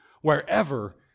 wherever